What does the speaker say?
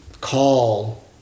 call